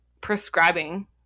prescribing